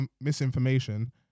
misinformation